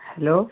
hello